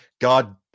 god